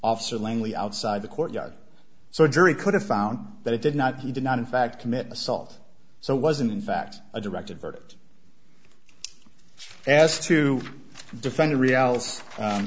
officer langley outside the court yard so a jury could have found that it did not he did not in fact commit assault so it wasn't in fact a directed verdict as to defend the reality